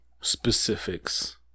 specifics